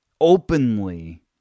openly